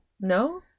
No